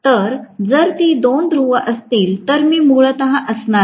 तर जर ती दोन ध्रुव असेल तर मी मूलत असणार आहे